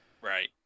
Right